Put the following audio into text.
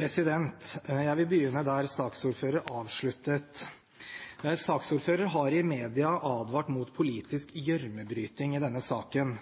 Jeg vil begynne der saksordfører avsluttet. Saksordfører har i media advart mot politisk gjørmebryting i denne saken.